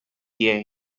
hear